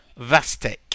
Vastek